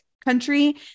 country